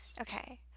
Okay